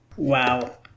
Wow